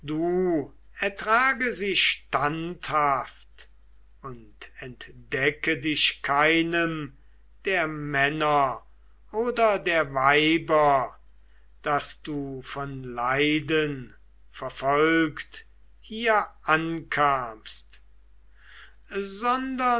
ertrage sie standhaft und entdecke dich keinem der männer oder der weiber daß du von leiden verfolgt hier ankamst